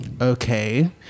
okay